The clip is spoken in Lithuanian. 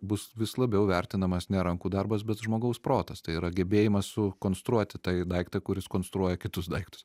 bus vis labiau vertinamas ne rankų darbas bet žmogaus protas tai yra gebėjimas sukonstruoti tai daiktą kuris konstruoja kitus daiktus